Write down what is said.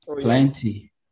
Plenty